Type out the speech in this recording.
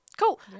Cool